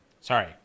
Sorry